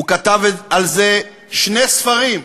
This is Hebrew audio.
הוא כתב על זה שני ספרים.